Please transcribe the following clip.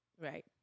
Right